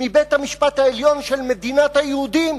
מבית-המשפט העליון של מדינת היהודים